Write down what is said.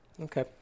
Okay